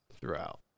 throughout